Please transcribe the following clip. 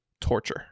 torture